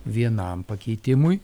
vienam pakeitimui